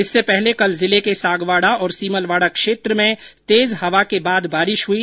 इससे पहले कल जिले के सागवाडा और सीमलवाडा क्षेत्र में तेज हवा के बाद बारिश हुई